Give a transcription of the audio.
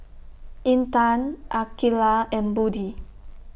Intan Aqeelah and Budi